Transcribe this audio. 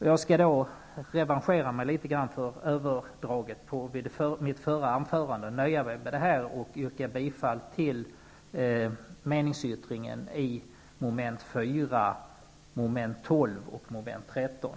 Jag skall revanschera mig litet grand för överskridandet av taletiden i mitt förra anförande och nöja mig med detta. Jag yrkar bifall till meningsyttringen under mom. 4, mom. 12 och mom.13.